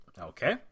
Okay